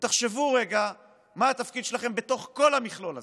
ותחשבו רגע מה התפקיד שלכם בתוך כל המכלול הזה,